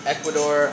Ecuador